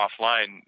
offline